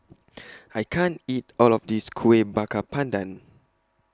I can't eat All of This Kuih Bakar Pandan